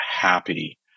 happy